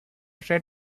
say